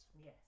Yes